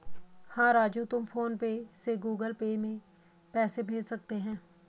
हां राजू तुम PhonePe से गुगल पे में पैसे भेज सकते हैं